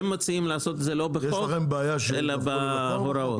הם מציעים לעשות זה לא בחוק אלא בהוראות.